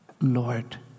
Lord